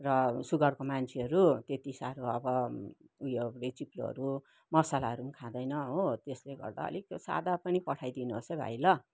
र सुगरको मान्छेहरू त्यति साह्रो अब उयोहरू चिप्लोहरू मसलाहरू पनि खाँदैन हो त्यसले गर्दा अलिक सादा पनि पठाइदिनुहोस् है भाइ ल